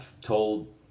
told